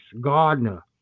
Gardner